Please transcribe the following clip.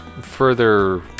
further